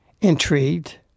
intrigued